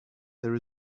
there